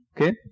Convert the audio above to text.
Okay